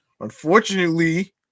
Unfortunately